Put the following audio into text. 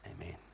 Amen